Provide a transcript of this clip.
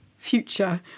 Future